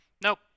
Nope